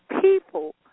people